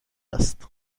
است